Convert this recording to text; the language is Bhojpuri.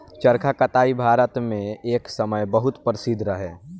चरखा कताई भारत मे एक समय बहुत प्रसिद्ध रहे